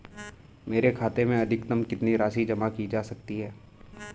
मेरे खाते में अधिकतम कितनी राशि जमा की जा सकती है?